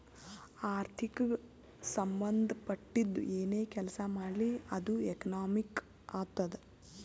ಆರ್ಥಿಕಗ್ ಸಂಭಂದ ಪಟ್ಟಿದ್ದು ಏನೇ ಕೆಲಸಾ ಮಾಡ್ಲಿ ಅದು ಎಕನಾಮಿಕ್ ಆತ್ತುದ್